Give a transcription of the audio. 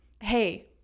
hey